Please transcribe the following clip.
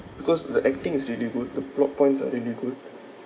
because the acting is really good the plot points are really good